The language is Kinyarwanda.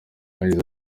yagize